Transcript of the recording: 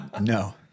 No